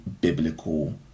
biblical